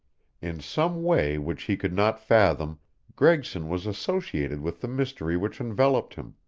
in some way which he could not fathom gregson was associated with the mystery which enveloped him,